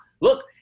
look